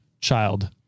child